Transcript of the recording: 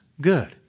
Good